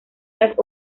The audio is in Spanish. los